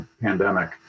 pandemic